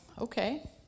okay